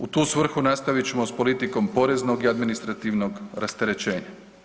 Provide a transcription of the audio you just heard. U tu svrhu nastavit ćemo s politikom poreznog i administrativnog rasterećenja.